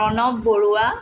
Pranab Barua